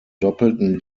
doppelten